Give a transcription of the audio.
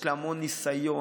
יש לה המון ניסיון.